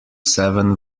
seven